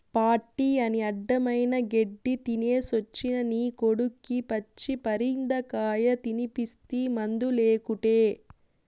party అని అడ్డమైన గెడ్డీ తినేసొచ్చిన నీ కొడుక్కి పచ్చి పరిందకాయ తినిపిస్తీ మందులేకుటే